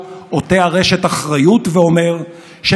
האמור משקף